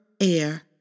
air